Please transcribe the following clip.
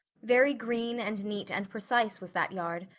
very green and neat and precise was that yard,